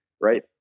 right